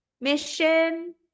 mission